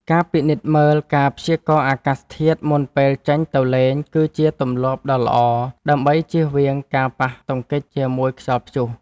ការពិនិត្យមើលការព្យាករណ៍អាកាសធាតុមុនពេលចេញទៅលេង គឺជាទម្លាប់ដ៏ល្អដើម្បីជៀសវាងការប៉ះទង្គិចជាមួយខ្យល់ព្យុះ។